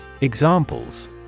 Examples